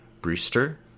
Brewster